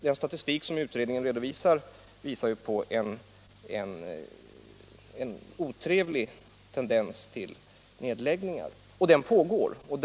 Den statistik som utredningen lägger fram redovisar en otrevlig tendens till nedläggningar, och denna utveckling pågår fortfarande.